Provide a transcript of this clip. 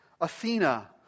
Athena